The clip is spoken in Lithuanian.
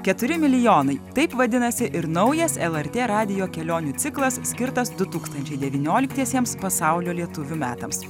keturi milijonai taip vadinasi ir naujas lrt radijo kelionių ciklas skirtas du tūkstančiai devynioliktiesiems pasaulio lietuvių metams